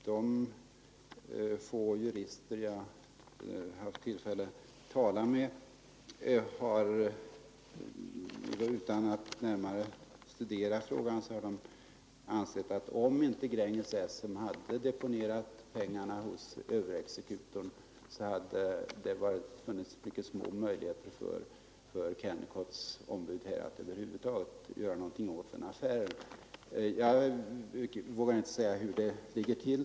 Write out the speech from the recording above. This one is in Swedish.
De få jurister jag haft tillfälle att tala med har ansett — utan att ha närmare studerat frågan — att om Gränges Essem inte hade deponerat pengarna hos överexekutorn så hade det funnits mycket små möjligheter för Kennecotts ombud att över huvud taget göra något åt den här affären. Jag vågar inte säga hur det ligger till.